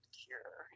cure